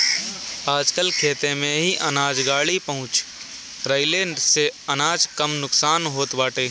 आजकल खेते में ही अनाज गाड़ी पहुँच जईले से अनाज कम नुकसान होत बाटे